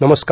नमस्कार